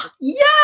yes